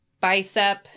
Bicep